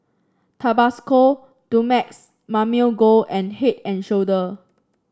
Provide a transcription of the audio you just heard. Tabasco Dumex Mamil Gold and Head And Shoulder